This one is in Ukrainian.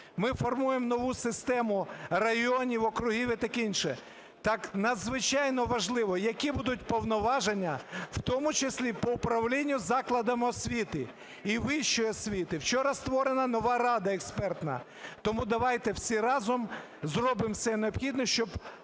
ми формуємо нову систему районів, округів і таке інше. Так надзвичайно важливо, які будуть повноваження, в тому числі по управлінню закладами освіти і вищої освіти. Вчора створена нова рада експертна, тому давайте всі разом зробимо все необхідне, щоб